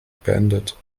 beendet